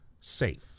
safe